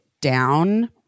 down